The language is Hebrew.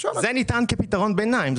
זה נטען כפתרון ביניים,